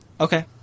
okay